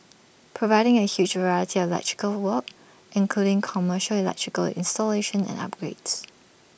providing A huge variety of electrical work including commercial electrical installation and upgrades